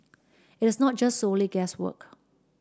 it is not just solely guesswork